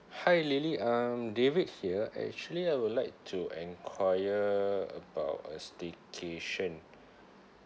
hi lily um david here actually I would like to enquire about a staycation